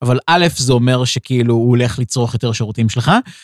אבל א', זה אומר שכאילו הוא הולך לצרוך יותר שירותים שלך.